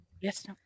Yes